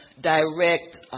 direct